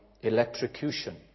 electrocution